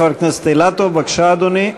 חבר הכנסת אילטוב, בבקשה, אדוני.